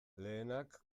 lehenak